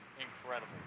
incredible